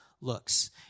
looks